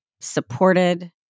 supported